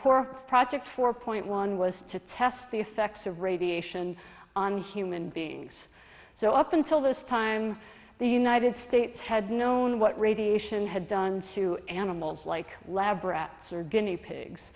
poor project four point one was to test the effects of radiation on human beings so up until this time the united states had known what radiation had done to animals like lab rats or guinea pigs